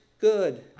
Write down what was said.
good